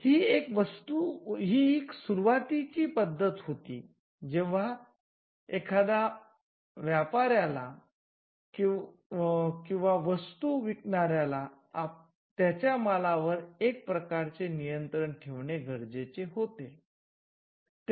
ही एक सुरुवातीची पद्धत होती जेव्हा एखादा व्यापाऱ्याला किंवा वस्तू विकणार्याला त्याच्या मालवर एक प्रकारचे नियंत्रण ठेवणे गरजेचे होते